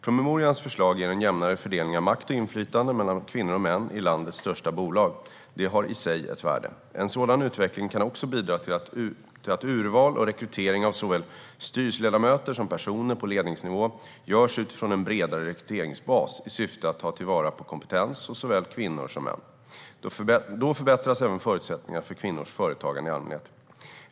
Promemorians förslag ger en jämnare fördelning av makt och inflytande mellan kvinnor och män i landets största bolag. Det har i sig ett värde. En sådan utveckling kan också bidra till att urval och rekrytering av såväl styrelseledamöter som personer på ledningsnivå görs utifrån en bredare rekryteringsbas i syfte att ta vara på kompetens hos såväl kvinnor som män. Då förbättras även förutsättningarna för kvinnors företagande i allmänhet.